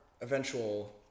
eventual